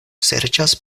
serĉas